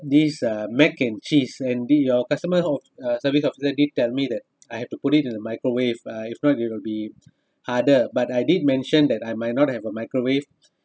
these uh mac and cheese and the your customer of~ service officer did tell me that I have to put it in the microwave uh if not it'll be harder but I did mention that I might not have a microwave